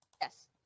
Yes